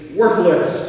worthless